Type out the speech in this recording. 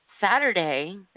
Saturday